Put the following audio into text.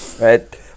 Right